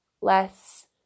less